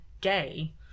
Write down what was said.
gay